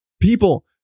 People